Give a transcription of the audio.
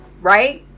right